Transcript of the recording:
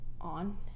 on